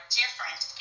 different